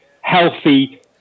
healthy